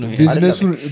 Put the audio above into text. business